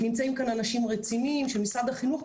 נמצאים כאן אנשים רציניים של משרד החינוך,